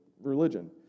religion